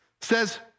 says